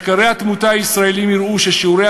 מחקרי התמותה הישראליים הראה ששיעורי